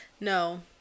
No